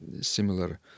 similar